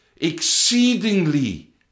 exceedingly